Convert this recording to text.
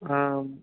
आम्